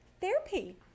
therapy